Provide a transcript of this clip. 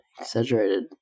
exaggerated